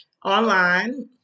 Online